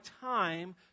time